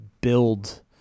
build